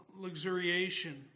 luxuriation